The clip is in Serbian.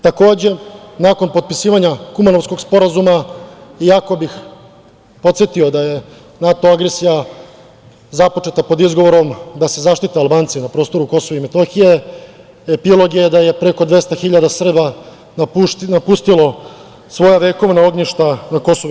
Takođe, nakon potpisivanja Kumanovskog sporazuma jako bih podsetio da je NATO agresija započeta pod izgovorom da se zaštite Albanci na prostoru KiM, epilog je da je preko 200 hiljada Srba napustilo svoja vekovna ognjišta na KiM.